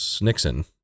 Nixon